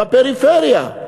בפריפריה,